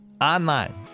online